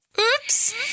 Oops